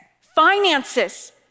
finances